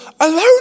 alone